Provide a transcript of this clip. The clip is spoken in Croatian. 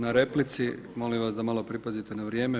Na replici molim vas da malo pripazite na vrijeme.